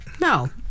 no